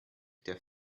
der